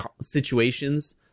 situations